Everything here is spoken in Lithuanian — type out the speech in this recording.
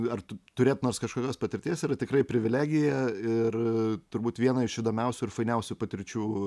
ar turėt nors kažkokios patirties yra tikrai privilegija ir turbūt viena iš įdomiausių ir fainiausių patirčių